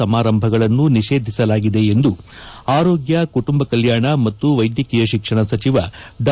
ಸಮಾರಂಭಗಳನ್ನು ನಿಷೇಧಿಸಲಾಗಿದೆ ಎಂದು ಆರೋಗ್ಯ ಕುಟುಂಬ ಕಲ್ಯಾಣ ಮತ್ತು ವೈದ್ಯಕೀಯ ಶಿಕ್ಷಣ ಸಚಿವ ಡಾ